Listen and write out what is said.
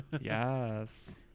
Yes